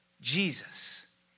Jesus